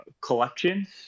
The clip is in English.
collections